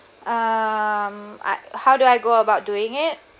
um I how do I go about doing it